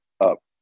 up